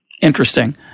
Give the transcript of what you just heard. Interesting